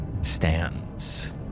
stands